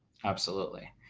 absolutely.